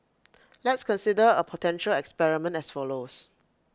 let's consider A potential experiment as follows